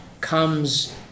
comes